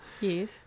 Yes